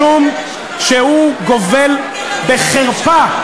משום שהוא גובל בחרפה.